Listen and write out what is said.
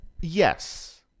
Yes